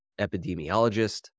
epidemiologist